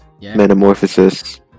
metamorphosis